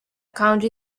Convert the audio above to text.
county